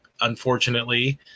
unfortunately